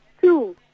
Two